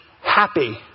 happy